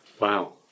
wow